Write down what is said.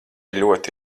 ļoti